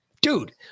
dude